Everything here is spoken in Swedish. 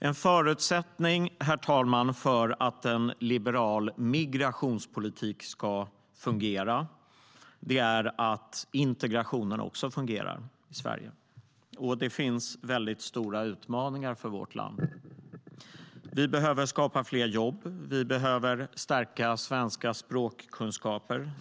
En förutsättning för att liberal migrationspolitik ska fungera är att integrationen fungerar i Sverige. Det finns väldigt stora utmaningar för vårt land. Vi behöver skapa fler jobb. Vi behöver stärka de svenska språkkunskaperna.